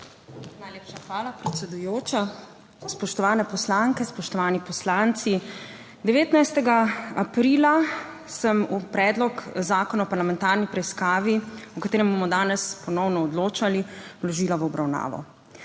Najlepša hvala, predsedujoča. Spoštovane poslanke, spoštovani poslanci! 19. aprila sem Predlog zakona o parlamentarni preiskavi, o katerem bomo danes ponovno odločali, vložila v obravnavo.